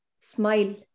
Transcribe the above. smile